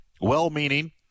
well-meaning